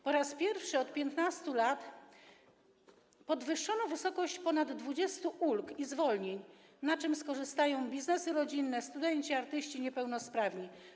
Po raz pierwszy od 15 lat podwyższono wysokość ponad 20 ulg i zwolnień, na czym skorzystają biznesy rodzinne, studenci, artyści, niepełnosprawni.